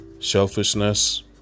selfishness